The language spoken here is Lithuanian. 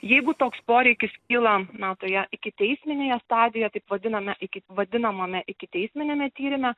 jeigu toks poreikis kyla na toje ikiteisminėje stadijoje taip vadiname iki vadinamame ikiteisminiame tyrime